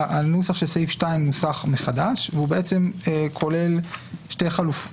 הנוסח של סעיף 2 נוסח מחדש והוא כולל שתי חלופות.